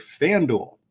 FanDuel